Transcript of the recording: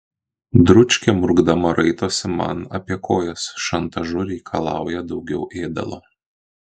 dručkė murkdama raitosi man apie kojas šantažu reikalauja daugiau ėdalo